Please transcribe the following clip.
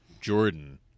Jordan